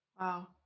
Wow